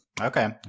Okay